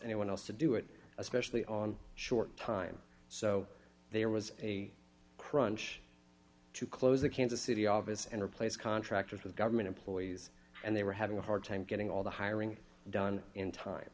anyone else to do it especially on short time so they are was a crunch to close the kansas city obvious and replace contractors with government employees and they were having a hard time getting all the hiring done in time